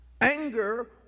Anger